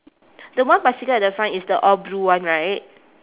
the one bicycle at the front is the all blue one right